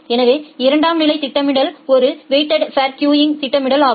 எனவே இரண்டாம் நிலை திட்டமிடல் ஒரு வெயிட்டெட் ஃபோ் கியூங் திட்டமிடல் ஆகும்